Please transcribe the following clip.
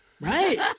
Right